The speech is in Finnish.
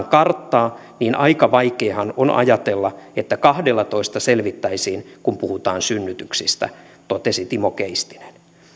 karttaa niin aika vaikeahan on ajatella että kahdellatoista selvittäisiin kun puhutaan synnytyksistä näin totesi timo keistinen